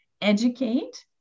educate